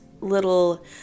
little